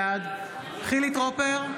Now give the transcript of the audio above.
בעד חילי טרופר,